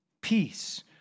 Peace